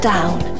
Down